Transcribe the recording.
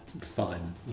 fun